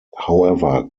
however